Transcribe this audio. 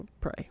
pray